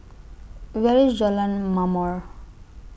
Where IS Jalan Mamor